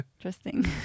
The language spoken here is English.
interesting